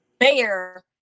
bear